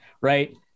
right